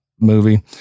Movie